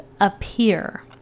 appear